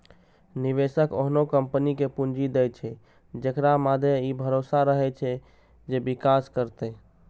निवेशक ओहने कंपनी कें पूंजी दै छै, जेकरा मादे ई भरोसा रहै छै जे विकास करतै